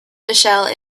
michele